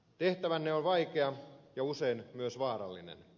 tehtävänne on vaikea ja usein myös vaarallinen